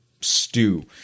stew